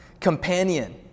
Companion